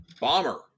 Bomber